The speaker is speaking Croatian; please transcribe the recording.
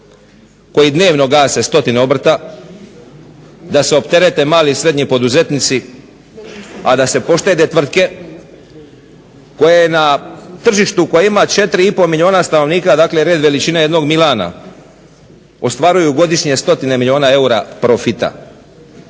koji dnevno gase stotine obrta, da se opterete mali i srednji poduzetnici, a da se poštede tvrtke koje na tržištu koje ima 4,5 milijuna stanovnika, dakle red veličine jednog Milana, ostvaruju godišnje 100 milijuna eura profita,